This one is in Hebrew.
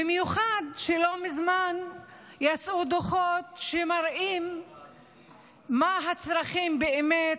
במיוחד שלא מזמן יצאו דוחות שמראים מה הצרכים באמת,